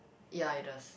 ya it does